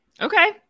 Okay